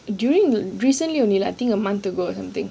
during the recently only I think a month ago or something